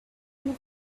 who